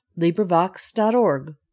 LibriVox.org